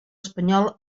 espanyol